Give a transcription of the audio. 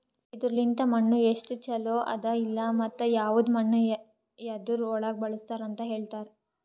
ಇದುರ್ ಲಿಂತ್ ಮಣ್ಣು ಎಸ್ಟು ಛಲೋ ಅದ ಇಲ್ಲಾ ಮತ್ತ ಯವದ್ ಮಣ್ಣ ಯದುರ್ ಒಳಗ್ ಬಳಸ್ತಾರ್ ಅಂತ್ ಹೇಳ್ತಾರ್